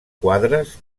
quadres